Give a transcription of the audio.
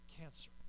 cancer